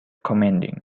commanding